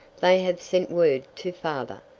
they have sent word to father.